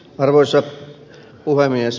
arvoisa puhemies